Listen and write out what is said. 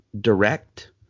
direct